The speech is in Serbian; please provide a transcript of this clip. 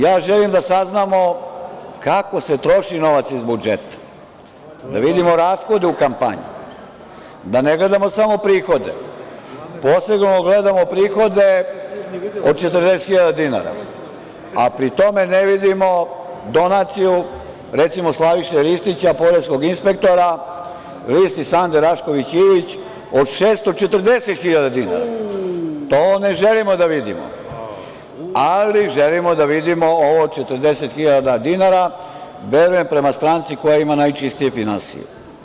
Ja želim da saznamo kako se troši novac iz budžeta, da vidimo rashode u kampanji, da ne gledamo samo prihode, posebno da gledamo prihode od 40.000 dinara, a pri tome ne vidimo donaciju, recimo, Slaviše Ristića, poreskog inspektora, listi Sande Rašković Ivić od 640.000 dinara, to ne želimo da vidimo, ali želimo da vidimo ovo od 40.000 dinara, prema stranci koja ima najčistije finansije.